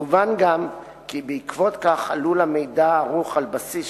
מובן גם כי בעקבות כך עלול המידע הערוך על בסיס